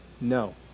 No